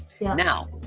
Now